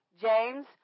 James